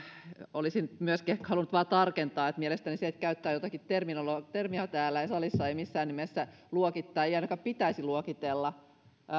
olisin myöskin ehkä halunnut vain tarkentaa että mielestäni se että käyttää jotakin termiä täällä salissa ei missään nimessä luokittele tai ei ainakaan pitäisi luokitella